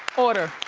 order.